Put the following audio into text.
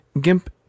GIMP